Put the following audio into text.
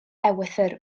ewythr